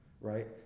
right